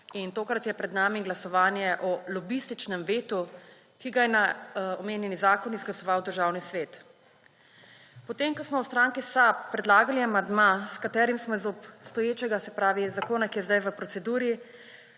in tokrat je pred nami glasovanje o lobističnem vetu, ki ga je na omenjeni zakon izglasoval Državni svet. Potem ko smo v stranki SAB predlagali amandma, s katerim smo iz obstoječega, se pravi iz zakona, ki je zdaj v proceduri,